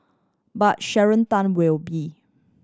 but Sharon Tan will be